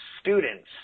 students